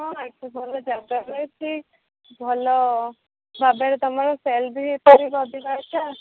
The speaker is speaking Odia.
ହଁ ଆଜ୍ଞାା ଭଲ ଯାତ୍ରା ଚାଲିଛି ଭଲ ଭାବରେ ତୁମର ସେଲ୍ ବି ହେଇପାରିବ ଅଧିକାଟା